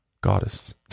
goddess